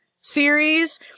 series